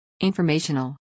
Informational